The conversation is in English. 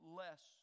less